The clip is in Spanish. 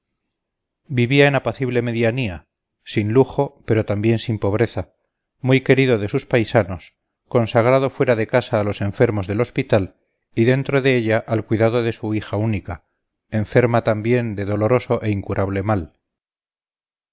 en apacible medianía sin lujo pero también sin pobreza muy querido de sus paisanos consagrado fuera de casa a los enfermos del hospital y dentro de ella al cuidado de su hija única enferma también de doloroso e incurable mal